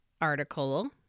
article